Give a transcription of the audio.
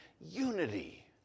unity